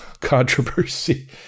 Controversy